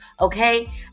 okay